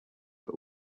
but